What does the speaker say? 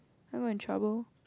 then I got in trouble